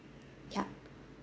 yup